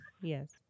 Yes